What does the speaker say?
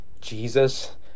Jesus